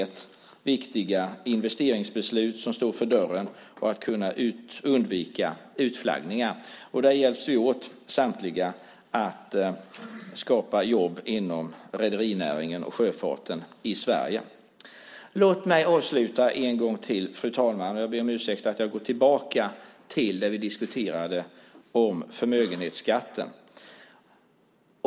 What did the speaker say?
Det handlar om viktiga investeringsbeslut som står för dörren och om att kunna undvika utflaggningar. Där hjälps vi åt, samtliga, att skapa jobb inom rederinäringen och sjöfarten i Sverige. Fru talman! Jag ber om ursäkt för att jag går tillbaka till förmögenhetsskatten.